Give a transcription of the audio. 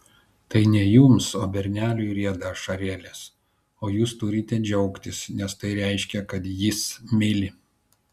tai ne jums o berneliui rieda ašarėlės o jūs turite džiaugtis nes tai reiškia kad jis myli